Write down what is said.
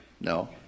No